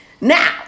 now